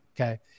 Okay